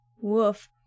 Woof